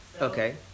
Okay